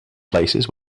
places